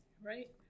Right